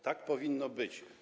Tak powinno być.